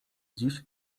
dziś